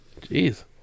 jeez